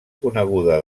coneguda